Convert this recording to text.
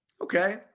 Okay